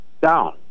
down